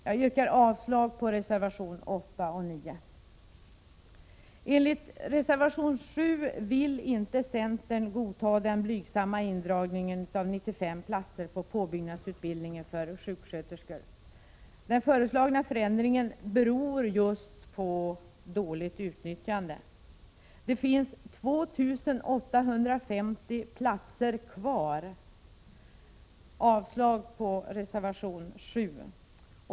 Jag yrkar avslag på reservationerna 8 och 9. Enligt reservation 7 vill inte centern godta den blygsamma indragningen av 95 platser på påbyggnadsutbildningen för sjuksköterskor. Den föreslagna förändringen beror på dåligt utnyttjande — det finns nämligen 2 850 platser kvar. Jag yrkar avslag på reservation 7.